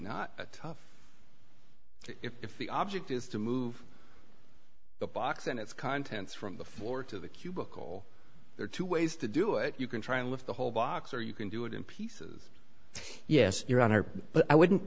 not tough if the object is to move the box and its contents from the floor to the cubicle there are two ways to do it you can try and lift the whole box or you can do it in pieces yes your honor but i wouldn't